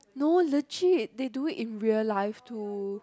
no legit they do it in real life too